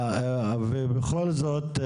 ובכל זאת,